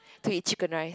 to eat Chicken Rice